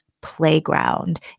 playground